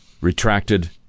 retracted